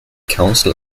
council